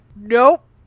nope